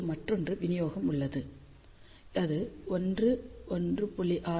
இப்போது மற்றொன்று விநியோகம் உள்ளது அது 1 1